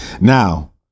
Now